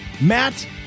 Matt